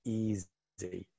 easy